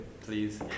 please